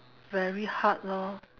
very hard lor